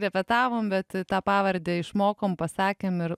repetavom bet tą pavardę išmokom pasakėm ir